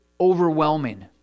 overwhelming